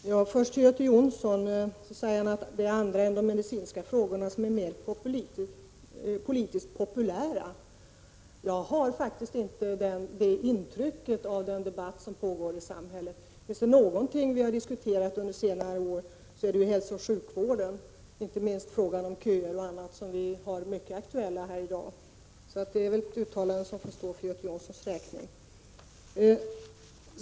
Herr talman! Först till Göte Jonsson: Han säger att det är andra frågor än de medicinska som är politiskt populära. Jag har faktiskt inte det intrycket av den debatt som pågår i samhället. Finns det något som vi har diskuterat under senare år är det hälsooch sjukvården — inte minst frågan om köerna och annat, som vi har mycket aktuella. Uttalandet får alltså stå för Göte Jonssons räkning.